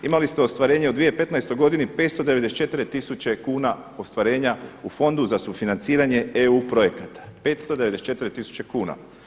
Imali ste ostvarenje u 2015. 594 tisuće kuna ostvarenja u Fondu za sufinanciranje EU projekata, 594 tisuće kuna.